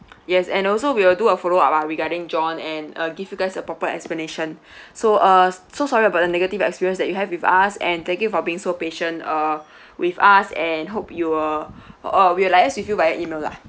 yes and also we will do a follow up ah regarding john and uh give you guys a proper explanation so uh so sorry about the negative experience that you have with us and thank you for being so patient uh with us and hope you will uh we'll liaise with you via email lah